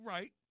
Right